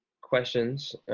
questions